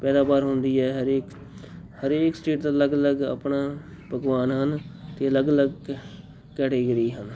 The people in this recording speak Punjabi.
ਪੈਦਾਵਾਰ ਹੁੰਦੀ ਹੈ ਹਰੇਕ ਹਰੇਕ ਸਟੇਟ ਦਾ ਅਲੱਗ ਅਲੱਗ ਆਪਣਾ ਪਕਵਾਨ ਹਨ ਅਤੇ ਅਲੱਗ ਅਲੱਗ ਕੈਟਾਗਰੀ ਹਨ